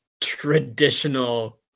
traditional